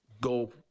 go